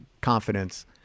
confidence